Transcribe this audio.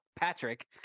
patrick